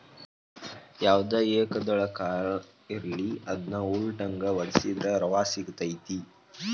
ಯಾವ್ದ ಏಕದಳ ಕಾಳ ಇರ್ಲಿ ಅದ್ನಾ ಉಟ್ಟಂಗೆ ವಡ್ಸಿದ್ರ ರವಾ ಸಿಗತೈತಿ